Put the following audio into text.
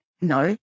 No